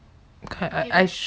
okay I I